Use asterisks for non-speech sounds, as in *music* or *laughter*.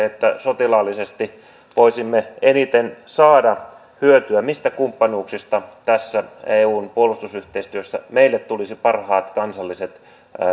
*unintelligible* että sotilaallisesti voisimme eniten saada hyötyä mistä kumppanuuksista tässä eun puolustusyhteistyössä meille tulisi parhaat kansalliset